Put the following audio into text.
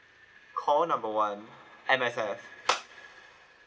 call number one M_S_F